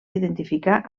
identificar